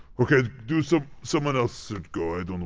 ok, do some someone else should go. i don't